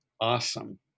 awesome